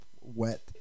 Wet